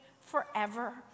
forever